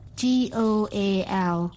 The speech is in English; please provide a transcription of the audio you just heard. goal